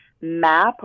MAP